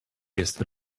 jest